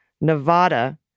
Nevada